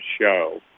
show